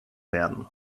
werden